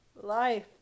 life